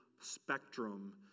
spectrum